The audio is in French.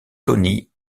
tony